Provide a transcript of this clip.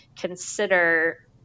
consider